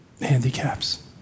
handicaps